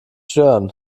stören